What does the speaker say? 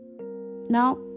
Now